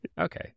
okay